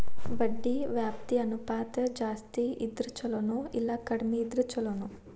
ಬಡ್ಡಿ ವ್ಯಾಪ್ತಿ ಅನುಪಾತ ಜಾಸ್ತಿ ಇದ್ರ ಛಲೊನೊ, ಇಲ್ಲಾ ಕಡ್ಮಿ ಇದ್ರ ಛಲೊನೊ?